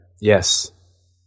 Yes